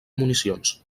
municions